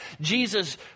Jesus